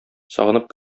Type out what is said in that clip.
сагынып